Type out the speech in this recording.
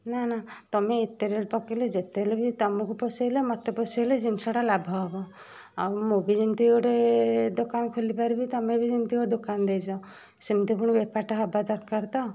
ନାଁ ନାଁ ତମେ ଏତେ ରେଟ ପକେଇଲେ ଯେତେ ହେଲେ ବି ତମୁକୁ ପୋଷେଇଲେ ମତେ ପୋଷେଇଲେ ଜିନଷଟା ଲାଭ ହବ ଆଉ ମୁଁ ବି ଯେମତି ଗୋଟେ ଦୋକାନ ଖୋଲି ପାରିବି ତମେ ବି ସେମିତି ଗୋଟେ ଦୋକାନ ଦେଇଛ ସେମତି ପୁଣି ବେପାରଟା ହବା ଦରକାର ତ